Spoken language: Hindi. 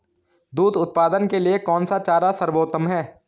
दूध उत्पादन के लिए कौन सा चारा सर्वोत्तम है?